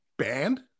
Banned